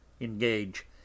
engage